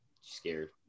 scared